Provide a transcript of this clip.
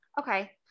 Okay